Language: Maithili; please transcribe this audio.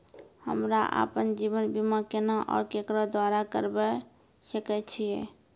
हमरा आपन जीवन बीमा केना और केकरो द्वारा करबै सकै छिये?